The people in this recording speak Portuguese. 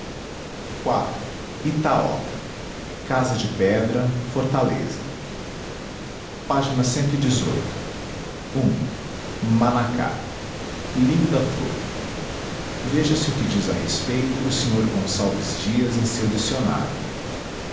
iv itaóca casa de pedra fortaleza página ág manacá linda flor veja-se o que diz a respeito o sr gonçalves dias em seu dicionário